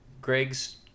Greg's